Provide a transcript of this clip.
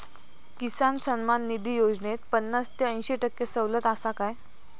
किसान सन्मान निधी योजनेत पन्नास ते अंयशी टक्के सवलत आसा काय?